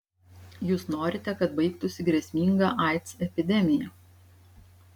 jūs norite kad baigtųsi grėsminga aids epidemija